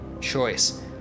choice